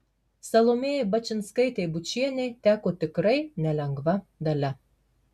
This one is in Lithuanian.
salomėjai bačinskaitei bučienei teko tikrai nelengva dalia